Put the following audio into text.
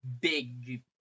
big